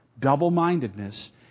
Double-mindedness